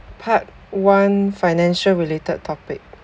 part one financial related topic